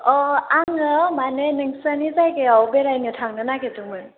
अ आङो माने नोंसोरनि जायगायाव बेरायनो थांनो नागिरदोंमोन